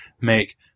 make